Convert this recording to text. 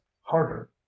harder